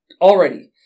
Already